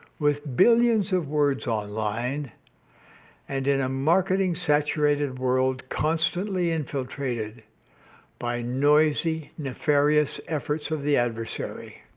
with billions of words online and in a marketing-saturated world constantly infiltrated by noisy, nefarious efforts of the adversary,